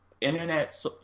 internet